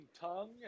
tongue